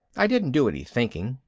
i didn't do any thinking.